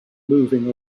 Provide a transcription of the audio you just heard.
moving